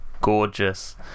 gorgeous